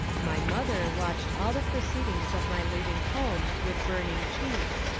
my mother watched all the proceed ings of my leaving home with burning cheeks,